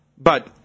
but-